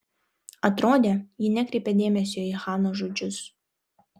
atrodė ji nekreipia dėmesio į hanos žodžius